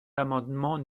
l’amendement